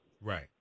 Right